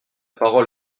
parole